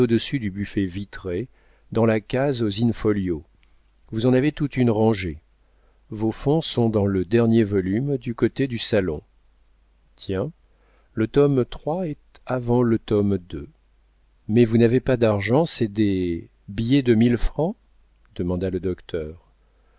au-dessus du buffet vitré dans la case aux in-folios vous en avez toute une rangée vos fonds sont dans le dernier volume du côté du salon tiens le tome iii est avant le tome ii mais vous n'avez pas d'argent c'est des billets de mille francs demanda le docteur